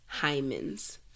hymens